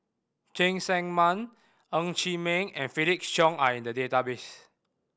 Cheng Tsang Man Ng Chee Meng and Felix Cheong are in the database